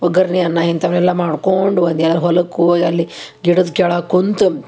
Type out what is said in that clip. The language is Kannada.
ಒಗ್ಗರ್ಣಿ ಅನ್ನ ಇಂಥವನ್ನೆಲ್ಲ ಮಾಡ್ಕೊಂಡು ಒಂದು ಹೊಲಕ್ಕೆ ಹೋಗಿ ಅಲ್ಲಿ ಗಿಡದ ಕೆಳಗೆ ಕುಂತು